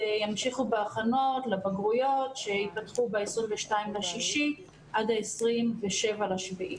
ימשיכו בהכנות לבגרויות שייפתחו ב-22 ליוני עד ה-27 ליולי.